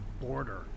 Border